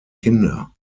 kinder